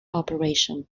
operation